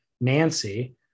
Nancy